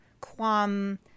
quam